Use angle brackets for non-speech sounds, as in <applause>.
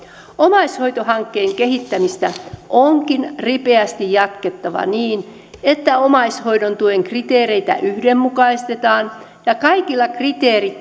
omaishoitohankkeen kehittämistä onkin ripeästi jatkettava niin että omaishoidon tuen kriteereitä yhdenmukaistetaan ja kaikilla kriteerit <unintelligible>